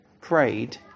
prayed